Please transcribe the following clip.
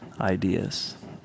ideas